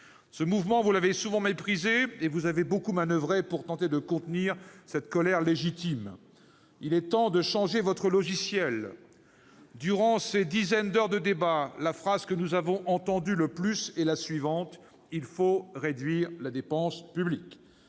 d'État, vous l'avez souvent méprisé et vous avez beaucoup manoeuvré pour tenter de contenir cette colère légitime. Il est temps de changer votre logiciel. Durant ces dizaines d'heures de débat, la phrase que nous avons entendue le plus est la suivante :« Il faut réduire la dépense publique.